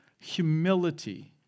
Humility